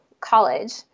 college